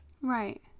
Right